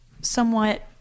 somewhat